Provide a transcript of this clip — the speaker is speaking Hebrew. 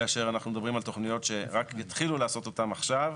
כאשר אנחנו מדברים על תוכניות שרק התחילו לעשות אותן עכשיו,